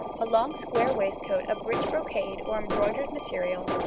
a long square waistcoat of rich brocade or embroidered material,